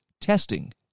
testing